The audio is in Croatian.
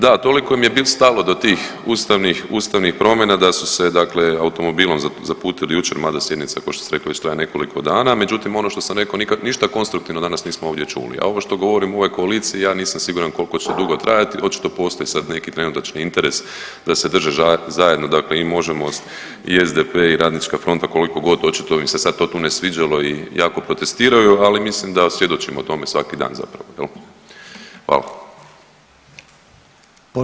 Da, toliko im je bit stalo do tih ustavnih, ustavnih promjena da su se dakle automobilom zaputili jučer mada sjednica košto ste rekli već traje nekoliko dana, međutim ono što sam rekao ništa konstruktivno danas nismo ovdje čuli, a ovo što govorim o ovoj koaliciji ja nisam siguran koliko će dugo trajati, očito postoji sad neki trenutačni interes da se drže zajedno dakle i Možemo! i Most i SDP i Radnička fronta, koliko god očito im se sad to tu ne sviđalo i jako protestiraju, ali mislim da svjedočimo tome svaki dan zapravo jel, hvala.